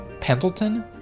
Pendleton